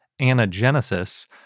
anagenesis